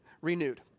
renewed